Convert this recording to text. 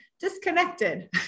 disconnected